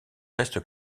reste